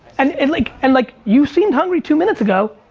and and like and like you seemed hungry two minutes ago.